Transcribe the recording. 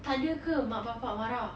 tak ada ke mak bapa marah